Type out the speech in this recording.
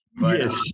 Yes